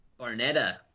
Barnetta